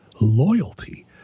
Loyalty